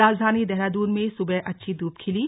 राजधानी देहरादून में सुबह अच्छी धूप खिली